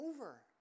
over